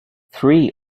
three